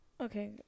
Okay